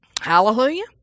Hallelujah